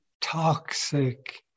toxic